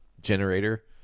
generator